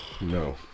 No